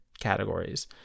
categories